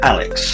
Alex